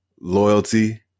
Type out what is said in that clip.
loyalty